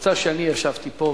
יצא שאני ישבתי פה.